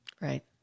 Right